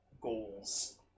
goals